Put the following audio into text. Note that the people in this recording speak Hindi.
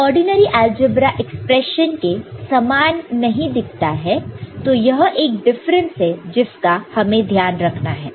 यह ऑर्डिनरी अलजेब्रा एक्सप्रेशन के समान नहीं दिखता है तो यह एक डिफरेंस है जिसका हमें ध्यान रखना है